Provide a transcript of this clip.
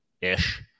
ish